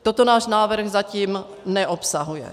Toto náš návrh zatím neobsahuje.